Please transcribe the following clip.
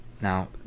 Now